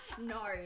No